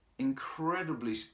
incredibly